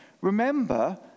remember